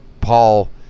Paul